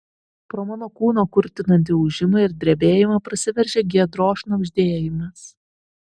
pro mano kūno kurtinantį ūžimą ir drebėjimą prasiveržia giedros šnabždėjimas